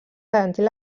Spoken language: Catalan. garantir